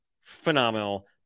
phenomenal